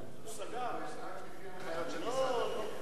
רק לפי ההנחיות של משרד הפנים.